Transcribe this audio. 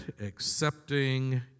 accepting